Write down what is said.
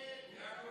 ההסתייגות